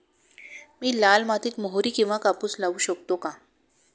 मी लाल मातीत मोहरी किंवा कापूस लावू शकतो का?